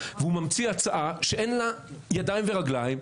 והוא מציעה הצעה שאין לה ידיים ורגליים.